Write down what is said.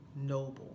noble